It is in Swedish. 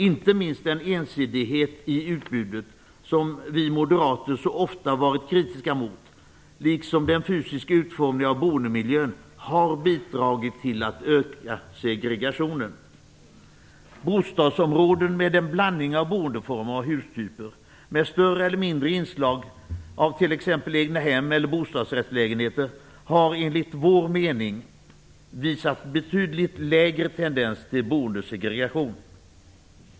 Inte minst den ensidighet i utbudet som vi moderater så ofta har varit kritiska emot, liksom den fysiska utformningen av boendemiljön, har bidragit till att öka segregationen. Bostadsområden med en blandning av boendeformer och hustyper, med större eller mindre inslag av t.ex. egnahem eller bostadsrättslägenheter, har enligt vår mening visat betydligt lägre tendens till boendesegregation.